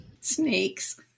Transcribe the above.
Snakes